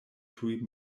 tuj